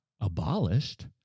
abolished